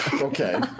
okay